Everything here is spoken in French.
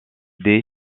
des